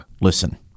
Listen